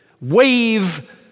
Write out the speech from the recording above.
wave